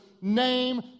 name